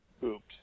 pooped